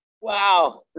Wow